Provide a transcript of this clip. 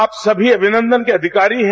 आप सभी अभिनन्दन के अधिकारी है